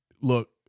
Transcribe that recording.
look